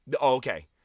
Okay